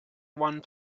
one